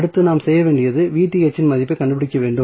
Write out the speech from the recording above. அடுத்து நாம் செய்ய வேண்டியது இன் மதிப்பைக் கண்டுபிடிக்க வேண்டும்